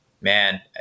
man